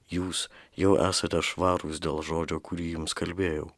jūs jau esate švarūs dėl žodžio kurį jums kalbėjau